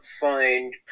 find